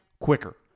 quicker